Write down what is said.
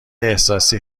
احساسی